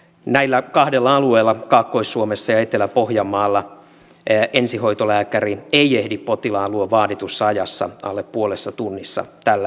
näillä kahdella alueella kaakkois suomessa ja etelä pohjanmaalla ensihoitolääkäri ei ehdi potilaan luo vaaditussa ajassa alle puolessa tunnissa tällä hetkellä